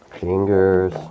fingers